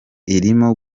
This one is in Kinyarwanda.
irimo